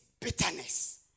bitterness